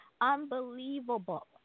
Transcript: Unbelievable